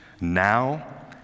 now